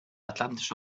atlantische